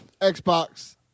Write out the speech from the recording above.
Xbox